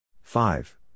Five